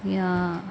ya